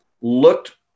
looked